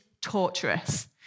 torturous